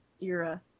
era